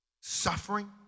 suffering